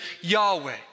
Yahweh